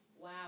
Wow